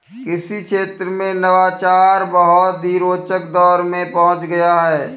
कृषि क्षेत्र में नवाचार बहुत ही रोचक दौर में पहुंच गया है